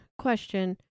Question